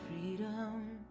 freedom